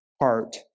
heart